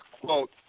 quote